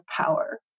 power